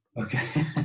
Okay